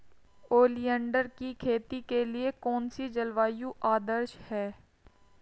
Oleander की खेती के लिए कौन सी जलवायु आदर्श है?